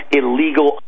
illegal